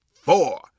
four